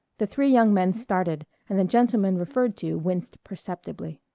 the three young men started and the gentleman referred to winced perceptibly.